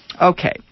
Okay